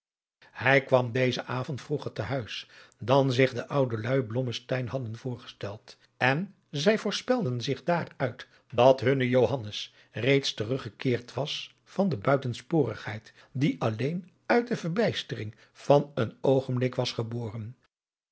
hij kwam dezen avond vroeger te huis dan zich de oude luî blommesteyn hadden voorgesteld en zij voorspelden zich daaruit dat hunne johannes reeds teruggekeerd was van de buitensporigheid die alleen uit de verbijstering van een oogenblik was geboren